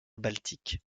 baltique